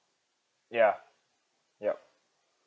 ya yup